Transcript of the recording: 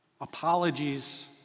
Apologies